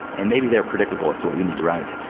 and maybe they're predictable as to what you need to write.